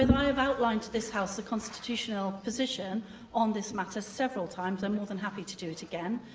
and i have outlined to this house the constitutional position on this matter several times. i'm more than happy to do it again.